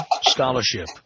scholarship